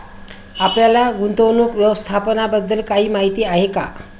आपल्याला गुंतवणूक व्यवस्थापनाबद्दल काही माहिती आहे का?